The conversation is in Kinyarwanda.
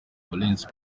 valens